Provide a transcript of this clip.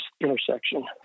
intersection